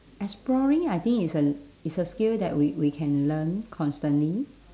exploring I think is a l~ is a skill that we we can learn constantly